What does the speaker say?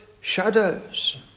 shadows